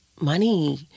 money